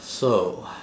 so